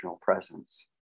presence